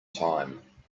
time